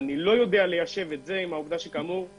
אני לא יודע ליישב את זה עם העובדה שהארגון